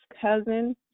cousin